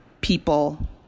people